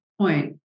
point